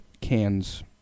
cans